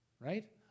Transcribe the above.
right